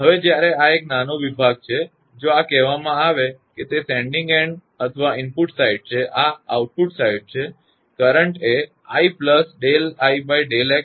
હવે જ્યારે આ એ એક નાનો વિભાગ છે જો આ કહેવામાં આવે છે કે તે સેન્ડીંગ એન્ડ સાઇડબાજુ અથવા આ ઇનપુટ સાઇડ છે આ આઉટપુટ સાઇડ છે કરંટ એ 𝑖𝜕𝑖𝜕𝑥Δ𝑥 હશે